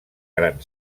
gran